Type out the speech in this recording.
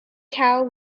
cow